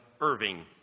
Irving